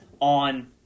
on